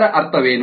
ಇದರ ಅರ್ಥವೇನು